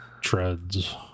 treads